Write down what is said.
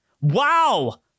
Wow